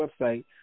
website